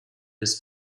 his